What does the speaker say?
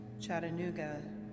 Chattanooga